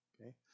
Okay